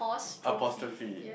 apostrophe